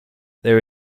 there